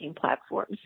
platforms